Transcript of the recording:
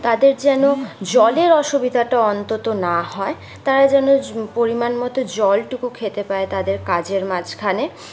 তাদের যেন জলের অসুবিধাটা অন্তত না হয় তারা যেন পরিমাণ মতো জলটুকু খেতে পায়ে তাদের কাজের মাঝখানে